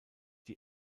die